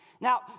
Now